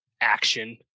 action